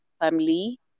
family